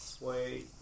Wait